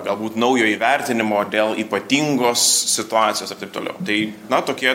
galbūt naujo įvertinimo dėl ypatingos situacijos ir taip toliau tai na tokie